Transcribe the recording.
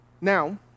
now